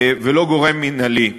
ולא גורם מינהלי.